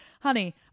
Honey